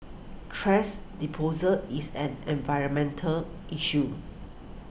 thrash disposal is an environmental issue